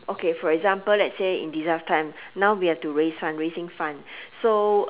okay for example let's say in disaster time now we have to raise funds raising funds so